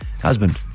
Husband